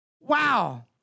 Wow